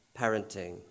parenting